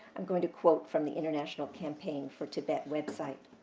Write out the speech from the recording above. i'm going to quote from the international campaign for tibet website.